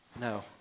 No